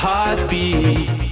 Heartbeat